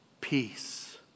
peace